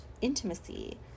intimacy